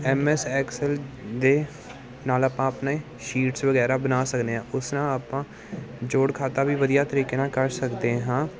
M S Excel ਦੇ ਨਾਲ ਆਪਾਂ ਆਪਣੇ ਸ਼ੀਟਸ ਵਗੈਰਾ ਬਣਾ ਸਕਦੇ ਹਾਂ ਉਸ ਨਾਲ ਆਪਾਂ ਜੋੜ ਖਾਤਾ ਵੀ ਵਧੀਆ ਤਰੀਕੇ ਨਾਲ ਕਰ ਸਕਦੇ ਹਾਂ